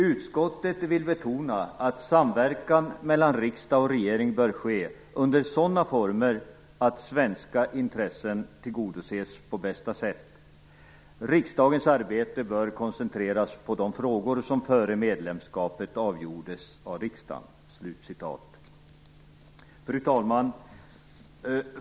Utskottet vill betona att samverkan mellan riksdag och regering bör ske under sådana former att svenska intressen tillgodoses på bästa sätt. Riksdagens arbete bör, enligt utskottet, koncentreras på de frågor som före medlemskapet avgjordes av riksdagen." Fru talman!